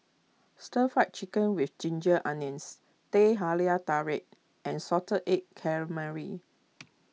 Stir Fry Chicken with Ginger Onions Teh Halia Tarik and Salted Egg Calamari